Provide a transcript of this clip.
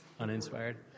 Uninspired